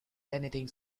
anything